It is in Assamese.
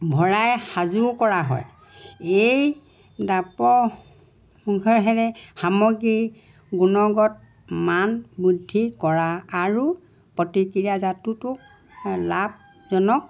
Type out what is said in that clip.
ভৰাই সাজু কৰা হয় এই সামগ্ৰী গুণগত মান বুদ্ধি কৰা আৰু প্ৰতিক্ৰিয়া জাতুটোক লাভজনক